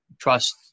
trust